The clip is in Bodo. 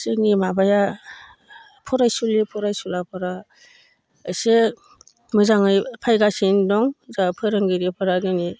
जोंनि माबाया फरायसुलि फरायसुलाफोरा एसे मोजाङै फैगासिनो दं जा फोरोंगिरिफोरा दिनै